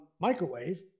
microwave